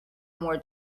more